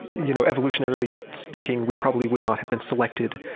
you know evolutionarily speaking, we probably would not have been selected